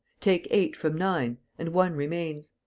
take eight from nine and one remains.